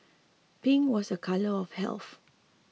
pink was a colour of health